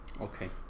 okay